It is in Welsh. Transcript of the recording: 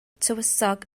tywysog